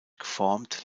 geformt